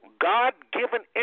God-given